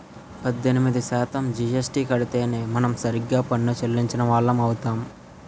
పద్దెనిమిది శాతం జీఎస్టీ కడితేనే మనం సరిగ్గా పన్ను చెల్లించిన వాళ్లం అవుతాం